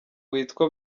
witwa